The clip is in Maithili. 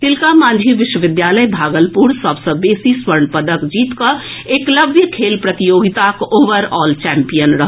तिलका मांझी विश्वविद्यालय भागलपुर सभ सँ बेसी स्वर्ण पदक जीत कऽ एकलव्य खेल प्रतियोगिताक ओवर ऑल चैंपियन रहल